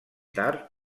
tard